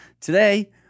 Today